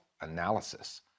analysis